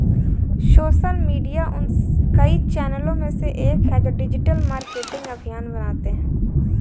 social media उन कई चैनलों में से एक है जो डिजिटल मार्केटिंग अभियान बनाते हैं